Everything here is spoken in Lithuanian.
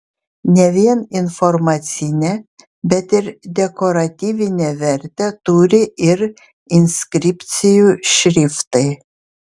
ne vien informacinę bet ir dekoratyvinę vertę turi ir inskripcijų šriftai